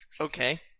Okay